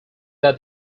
that